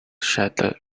shattered